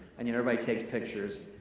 and everybody takes pictures.